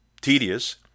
tedious